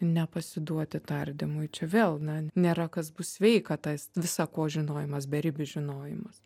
nepasiduoti tardymui čia vėl na nėra kas bus sveika tas visa ko žinojimas beribis žinojimas